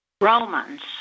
Romans